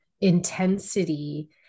intensity